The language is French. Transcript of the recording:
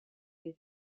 est